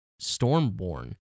Stormborn